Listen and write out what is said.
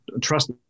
trust